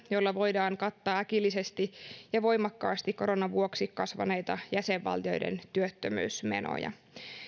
jolla voidaan kattaa äkillisesti ja voimakkaasti koronan vuoksi kasvaneita jäsenvaltioiden työttömyysmenoja